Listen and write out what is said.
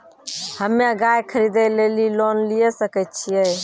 हम्मे गाय खरीदे लेली लोन लिये सकय छियै?